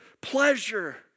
pleasure